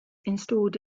installed